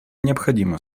необходимо